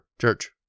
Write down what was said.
Church